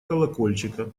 колокольчика